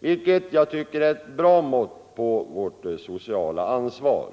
vilket jag tycker är ett bra mått på vårt sociala ansvar.